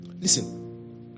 Listen